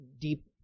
deep